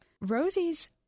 Rosie's